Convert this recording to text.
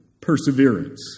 perseverance